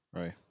Right